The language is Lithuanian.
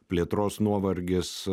plėtros nuovargis